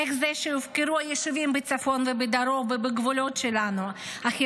איך זה שהיישובים בצפון ובדרום ובגבולות שלנו הופקרו?